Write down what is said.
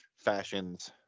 fashions